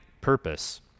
purpose